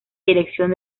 dirección